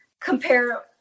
compare